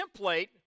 template